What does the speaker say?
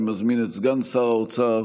אני מזמין את סגן שר האוצר